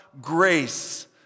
grace